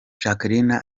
jacqueline